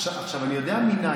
עכשיו, אני יודע מנין.